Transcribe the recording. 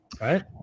Right